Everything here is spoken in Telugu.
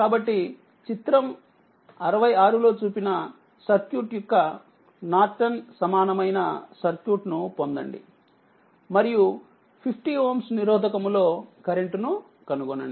కాబట్టి చిత్రం 66 లో చూపిన సర్క్యూట్ యొక్క నార్టన్ సమానమైన సర్క్యూట్ను పొందండి మరియు 50Ω నిరోధకము లో కరెంట్ ను కనుగొనండి